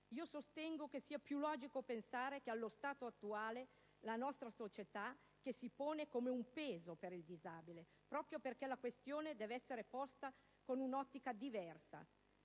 io sostengo che sia più logico pensare che allo stato attuale è la nostra società che si pone come un peso per il disabile, proprio perché la questione deve essere posta in un'ottica diversa.